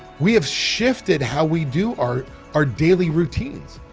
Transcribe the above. we have shifted how we do our our daily routines.